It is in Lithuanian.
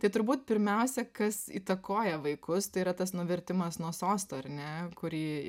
tai turbūt pirmiausia kas įtakoja vaikus tai yra tas nuvertimas nuo sosto ar ne kurį